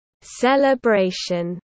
celebration